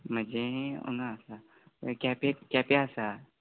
म्हाजें हांगा आसा केंपे केंपे आसा